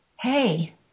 hey